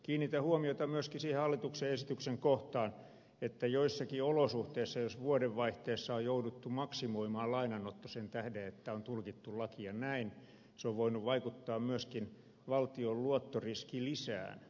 kiinnitän huomiota myöskin siihen hallituksen esityksen kohtaan että joissakin olosuhteissa jos vuodenvaihteessa on jouduttu maksimoimaan lainanotto sen tähden että on tulkittu lakia näin se on voinut vaikuttaa myöskin valtion luottoriskilisään